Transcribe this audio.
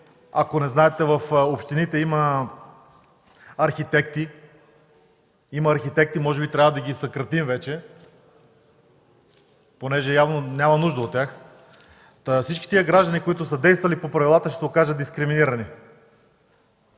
Ако не знаете, там има архитекти, може би трябва да ги съкратим вече, понеже явно няма нужда от тях. Та всички тези граждани, действали по правилата, ще се окажат дискриминирани.